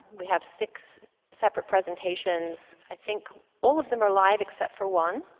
we have six separate presentations. i think all of them are live except for one.